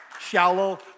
shallow